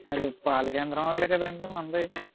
అది పాలకేంద్రం వాళ్ళే కదండీ మనదీ